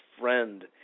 friend